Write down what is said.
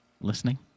Listening